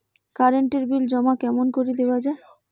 Current এর bill জমা কেমন করি দেওয়া যায়?